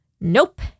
Nope